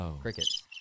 crickets